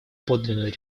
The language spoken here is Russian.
подлинную